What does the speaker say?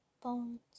Bones